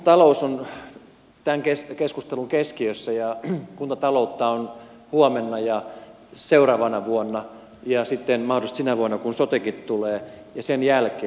kuntatalous on tämän keskustelun keskiössä ja kuntataloutta on huomenna ja seuraavana vuonna ja sitten mahdollisesti sinä vuonna kun sotekin tulee ja sen jälkeen